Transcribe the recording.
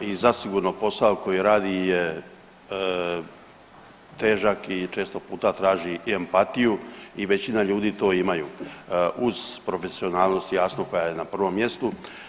i zasigurno posao koji radi je težak i često puta traži i empatiju i većina ljudi to imaju, uz profesionalnost jasno koja je na prvom mjestu.